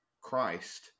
Christ